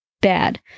bad